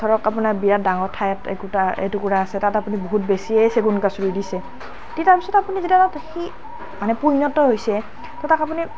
ধৰক আপোনাৰ বিৰাট ডাঙৰ ঠাই এটুকুৰা আছে তাত আপুনি বহুত বেছিয়ে চেগুন গছ ৰুই দিছে তেতিয়া তাৰপিছত আপুনি যেতিয়া সেই মানে পৈণত হৈছে তো তাক আপুনি